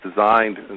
designed